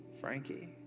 Frankie